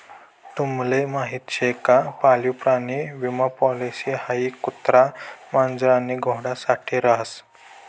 तुम्हले माहीत शे का पाळीव प्राणी विमा पॉलिसी हाई कुत्रा, मांजर आणि घोडा साठे रास